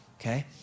okay